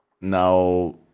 now